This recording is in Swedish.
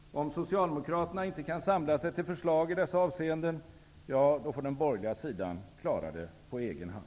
Om Socialdemokraterna inte kan samla sig till förslag i dessa avseenden, får den borgerliga sidan klara det på egen hand.